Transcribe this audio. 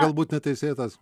galbūt neteisėtas